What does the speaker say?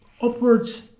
upwards